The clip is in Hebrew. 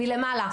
מלמעלה.